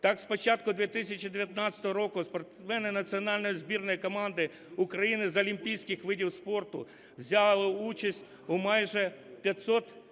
Так, з початку 2019 року спортсмени Національної збірної команди України з олімпійських видів спорту взяли участь у майже 500